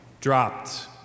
dropped